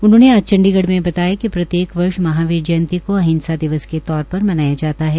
उन्होंने आज चंडीगढ़ में बताया कि प्रत्येक वर्ष महावीर जयंती को अहिंसा दिवस के तौर पर मनाया जाता है